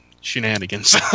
shenanigans